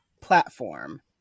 platform